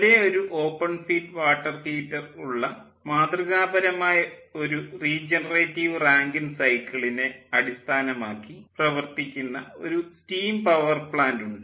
ഒരേയൊരു open feed water heater ഉള്ള മാതൃകാപരമായ ഒരു റീജനറേറ്റീവ് റാങ്കിൻ സൈക്കിളിനെ അടിസ്ഥാനമാക്കി പ്രവർത്തിക്കുന്ന ഒരു സ്റ്റീം പവർ പ്ലാൻ്റ് ഉണ്ട്